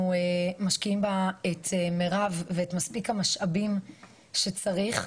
משקיעים בה את מירב ואת מספיק המשאבים שצריך,